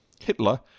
Hitler